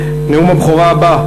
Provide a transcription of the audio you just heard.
דִשנת בשמן ראשי כוסי רוָיָה.